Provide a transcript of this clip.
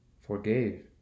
forgave